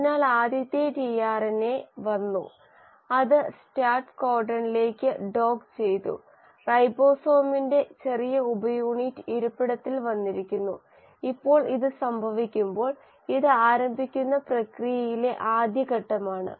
അതിനാൽ ആദ്യത്തെ ടിആർഎൻഎ വന്നു അത് സ്റ്റാർട്ട് കോഡണിലേക്ക് ഡോക്ക് ചെയ്തു റൈബോസോമിന്റെ ചെറിയ ഉപയൂണിറ്റ് ഇരിപ്പിടത്തിൽ വന്നിരിക്കുന്നു ഇപ്പോൾ ഇത് സംഭവിക്കുമ്പോൾ ഇത് ആരംഭിക്കുന്ന പ്രക്രിയയിലെ ആദ്യ ഘട്ടമാണ്